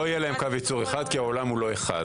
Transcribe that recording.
לא יהיה להם קו ייצוא אחד כי העולם הוא לא אחד.